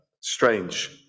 Strange